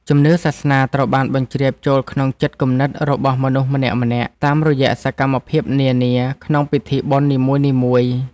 ជំនឿសាសនាត្រូវបានបញ្ជ្រាបចូលក្នុងចិត្តគំនិតរបស់មនុស្សម្នាក់ៗតាមរយៈសកម្មភាពនានាក្នុងពិធីបុណ្យនីមួយៗ។